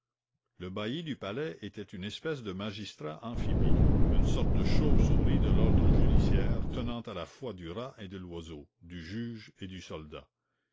le bailli du palais était une espèce de magistrat amphibie une sorte de chauve-souris de l'ordre judiciaire tenant à la fois du rat et de l'oiseau du juge et du soldat